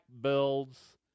builds